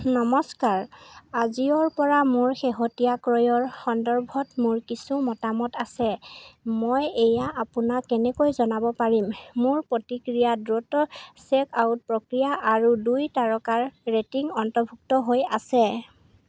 নমস্কাৰ আজিঅ'ৰ পৰা মোৰ শেহতীয়া ক্ৰয়ৰ সন্দৰ্ভত মোৰ কিছু মতামত আছে মই এয়া আপোনাক কেনেকৈ জনাব পাৰিম মোৰ প্ৰতিক্ৰিয়াত দ্ৰুত চেকআউট প্ৰক্ৰিয়া আৰু দুই তাৰকাৰ ৰেটিং অন্তৰ্ভুক্ত হৈ আছে